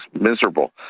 miserable